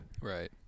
right